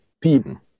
people